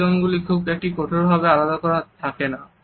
এই জোনগুলি খুব একটা কঠোরভাবে আলাদা করা থাকে না